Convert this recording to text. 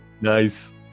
nice